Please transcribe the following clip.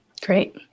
great